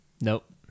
Nope